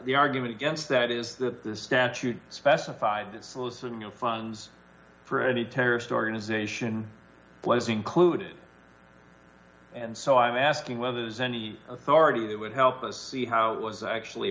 the argument against that is that the statute specified soliciting funds for any terrorist organization was included and so i'm asking whether there's any authority that would help us see how it was actually